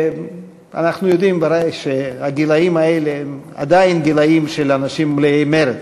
ואנחנו יודעים שהגילאים האלה הם עדיין גילאים של אנשים מלאי מרץ,